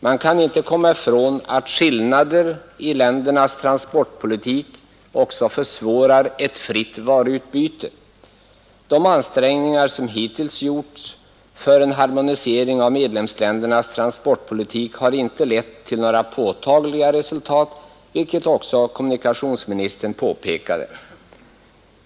Man kan inte komma ifrån att skillnader i ländernas transportpolitik försvårar ett fritt varuutbyte. De ansträngningar som hittills gjorts för en harmonisering av medlemsländernas transportpolitik har inte lett till några påtagliga resultat, vilket också kommunikationsministern påpekade.